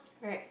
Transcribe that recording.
right